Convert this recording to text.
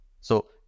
So-